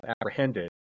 apprehended